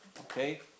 okay